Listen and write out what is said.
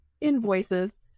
invoices